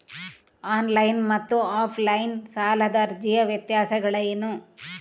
On line ಮತ್ತು offline ಸಾಲದ ಅರ್ಜಿಯ ವ್ಯತ್ಯಾಸಗಳೇನು?